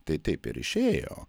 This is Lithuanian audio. tai taip ir išėjo